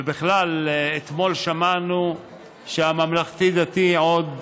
ובכלל, אתמול שמענו שהממלכתי-דתי, עוד